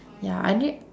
ya I need